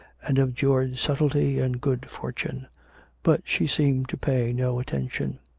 and of george's subtlety and good fortune but she seemed to pay no attention.